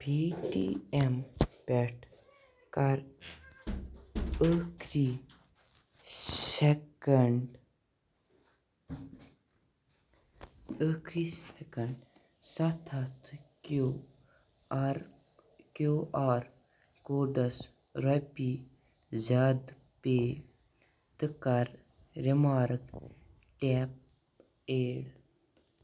پے T M پٮ۪ٹھٕ کَر ٲخٕری سکینٛڈ ٲخری سیکنٛڈ ستھ ہتھ Q R Q R codes رۄپیہِ زیٛادٕ پے تہٕ کَر ریمارٕک ٹِپ ایڈ